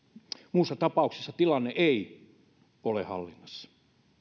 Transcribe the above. muussa tapauksessa tilanne ei ole hallinnassa